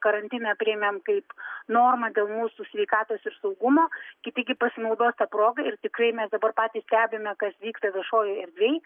karantiną priėmėm kaip normą dėl mūsų sveikatos ir saugumo kiti gi pasinaudos ta proga ir tikrai mes dabar patys stebime kas vyksta viešojoj erdvėj